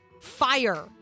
Fire